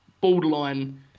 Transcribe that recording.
borderline